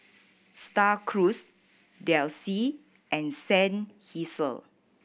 Star Cruise Delsey and Seinheiser